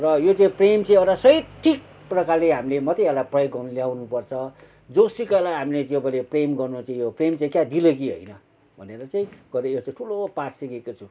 र यो चाहिँ प्रेम चाहिँ एउडा सही ठिक प्रकारले हामीले मात्रै यसलाई प्रयोग गर्नु ल्याउनुपर्छ जोसुकैलाई हामीले तपाईँले प्रेम गर्नु चाहिँ यो प्रेम चाहिँ क्या दिल्लगी होइन भनेर चाहिँ कति यस्तो ठुलो पाठ सिकेको छु